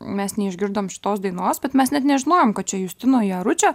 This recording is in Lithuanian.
mes neišgirdom šitos dainos bet mes net nežinojom kad čia justino jaručio